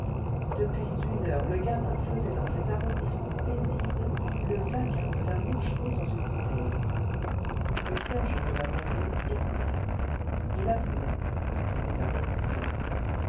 depuis une heure le gamin faisait dans cet arrondissement paisible le vacarme d'un moucheron dans une bouteille le sergent de la banlieue écoutait il attendait c'était un homme prudent